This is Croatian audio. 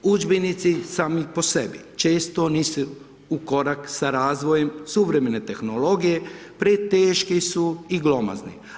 Udžbenici sami po sebi često nisu u korak sa razvojem suvremene tehnologije, preteški su i glomazni.